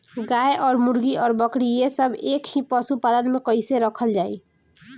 गाय और मुर्गी और बकरी ये सब के एक ही पशुपालन में कइसे रखल जाई?